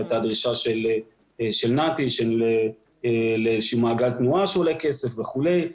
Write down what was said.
כי הייתה דרישה של נת"י למעגל תנועה שעולה כסף וכולי.